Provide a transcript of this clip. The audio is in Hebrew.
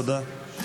תודה.